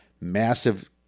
massive